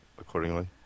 Accordingly